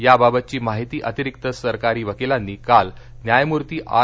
याबाबतची माहिती अतिरिक्त सरकारी वकीलांनी काल न्यायमुर्ती आर